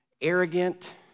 arrogant